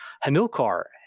Hamilcar